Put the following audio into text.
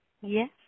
Yes